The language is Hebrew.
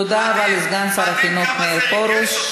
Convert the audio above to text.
תודה רבה לסגן שר החינוך מאיר פרוש.